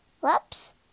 Whoops